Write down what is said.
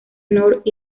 north